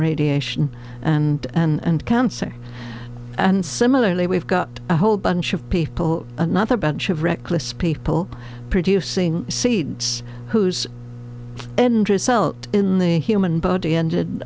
radiation and and cancer and similarly we've got a whole bunch of people another bunch of reckless people producing seeds whose end result in the human body ended